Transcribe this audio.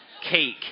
cake